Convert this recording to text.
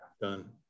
Done